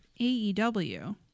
AEW